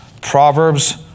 Proverbs